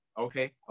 Okay